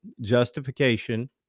justification